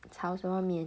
炒什么面